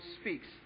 speaks